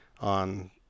On